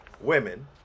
Women